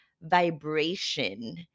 vibration